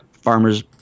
farmers